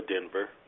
Denver